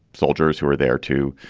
soldiers who are there to